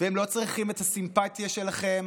והם לא צריכים את הסימפתיה שלכם,